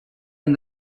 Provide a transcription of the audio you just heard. and